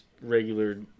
regular